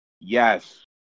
Yes